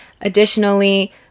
Additionally